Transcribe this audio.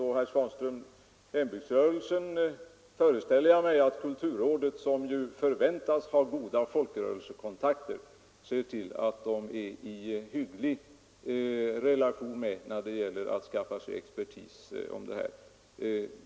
Beträffande hembygdsrörelsens roll i detta sammanhang föreställer jag mig, herr Svanström, att kulturrådet, som ju förväntats ha goda folkrörelsekontakter, också tar hänsyn till hembygdsrörelsen när det gäller att skaffa sig expertis på området.